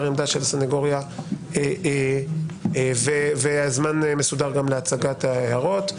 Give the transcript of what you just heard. העמדה של הסניגוריה הציבורית ויהיה זמן מסודר גם להצגת ההערות.